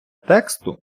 тексту